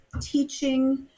teaching